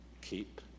keep